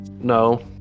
no